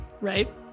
right